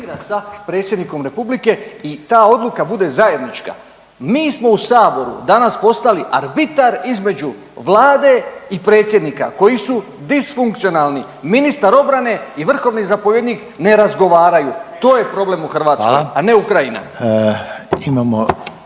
sa Predsjednikom Republike i ta odluka bude zajednička. Mi smo u Saboru postali arbitar između Vlade i Predsjednika koji su disfunkcionalni. Ministar obrane i vrhovni zapovjednik ne razgovaraju, to je problem u Hrvatskoj, a ne Ukrajina.